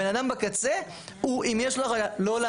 הבן אדם בקצה,